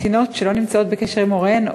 קטינות שלא נמצאות בקשר עם הוריהן,